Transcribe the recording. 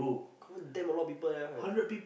confirm damn a lot of people there [one] right